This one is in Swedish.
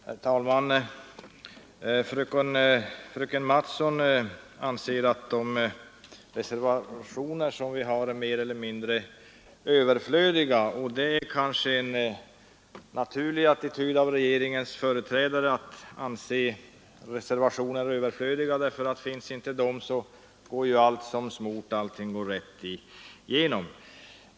Herr talman! Fröken Mattson anser att reservationerna till detta 42 betänkande är mer eller mindre överflödiga, och det är kanske en naturlig attityd från en regeringens företrädare att anse det. Utan reservationer går det ju som smort för regeringen.